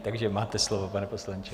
Takže máte slovo, pane poslanče.